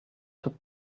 took